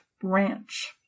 branch